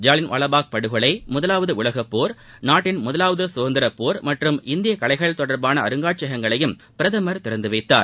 ஜாலியன் வாலாபாக் படுகொலை முதலாவது உலகப்போர் நாட்டின் முதலாவது கதந்திர போர் மற்றும் இந்திய கலைகள் தொடர்பான அருங்காட்சியகங்களையும் பிரதமர் திறந்து வைத்தார்